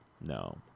No